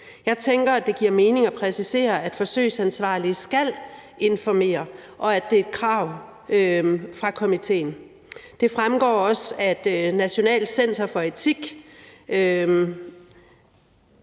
Jeg tænker, at det giver mening at præcisere, at forsøgsansvarlige skal informere, og at det er et krav fra komitéen. Det fremgår også, at Nationalt Center for Etik